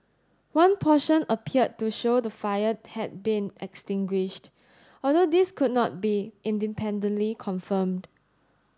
one portion appeared to show the fire had been extinguished although this could not be independently confirmed